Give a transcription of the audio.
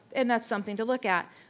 and that's something to look at.